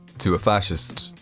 to a fascist,